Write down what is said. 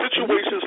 situations